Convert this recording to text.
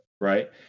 right